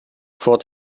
vor